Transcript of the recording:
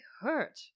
hurt